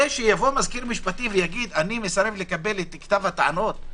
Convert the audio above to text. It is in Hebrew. זה שיבוא מזכיר משפטי ויגיד: אני מסרב לקבל את כתב הטענות,